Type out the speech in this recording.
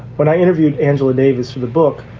when i interviewed angela davis for the book,